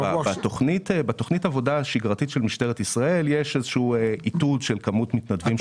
בתוכנית העבודה השגרתית של משטרת ישראל יש איתור של כמות מתנדבים.